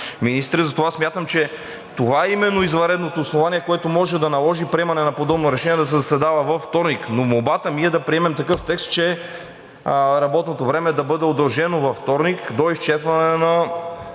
министрите. Смятам, че именно това е извънредното основание, което може да наложи приемане на подобно решение да се заседава във вторник. Но молбата ми е да приемем такъв текст, че работното време да бъде удължено във вторник до изчерпване на